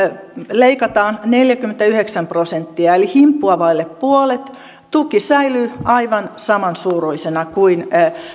leikataan neljäkymmentäyhdeksän prosenttia eli himppua vaille puolet tuki säilyy aivan samansuuruisena kuin